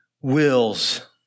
wills